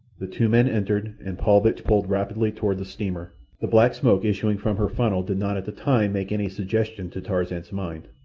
the two men entered, and paulvitch pulled rapidly toward the steamer. the black smoke issuing from her funnel did not at the time make any suggestion to tarzan's mind.